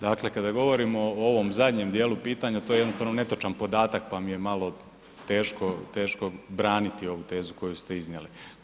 Dakle, kada govorimo o ovom zadnjem dijelu pitanja to je jednostavno netočan podatak pa mi je malo teško, teško braniti ovu tezu koju ste iznijeli.